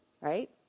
right